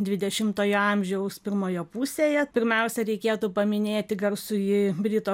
dvidešimtojo amžiaus pirmoje pusėje pirmiausia reikėtų paminėti garsųjį britų